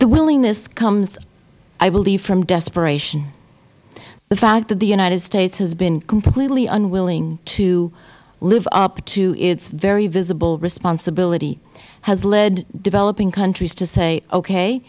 the willingness comes i believe from desperation the fact that the united states has been completely unwilling to live up to its very visible responsibility has led developing countries to say okay